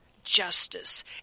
Justice